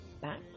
back